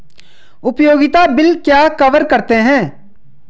उपयोगिता बिल क्या कवर करते हैं?